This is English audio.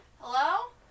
Hello